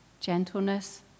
gentleness